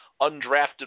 undrafted